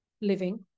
living